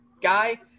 guy